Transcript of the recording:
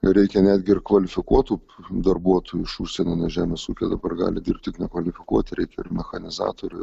reikia netgi ir kvalifikuotų darbuotojų iš užsienio žemės ūkio dabar gali dirbt tik nekvalifikuoti ir mechanizatorių